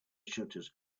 shutters